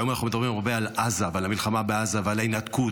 והיום אנחנו מדברים הרבה על עזה ועל המלחמה בעזה ועל ההתנתקות,